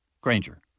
Granger